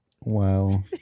Wow